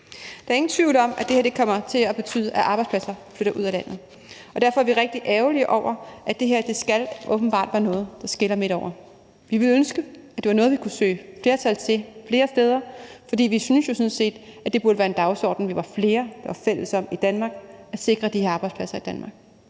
Der er ingen tvivl om, at det her kommer til at betyde, at arbejdspladser flytter ud af landet. Og derfor er vi rigtig ærgerlige over, at det her åbenbart skal være noget, der skiller midt over. Vi ville ønske, at det var noget, vi kunne søge flertal til flere steder, for vi synes jo sådan set, at det burde være en dagsorden, vi var flere, der var fælles om, i Danmark: at sikre de her arbejdspladser i Danmark.